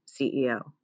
CEO